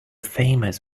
famous